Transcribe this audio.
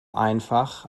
einfach